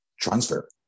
transfer